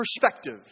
perspective